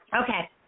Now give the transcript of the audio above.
Okay